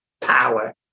power